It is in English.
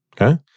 Okay